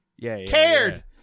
Cared